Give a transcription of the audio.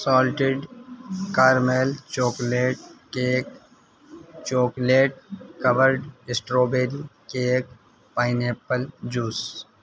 salted carmel chocolate cake chocolate covered strawberry cake pineapple juice